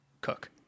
cook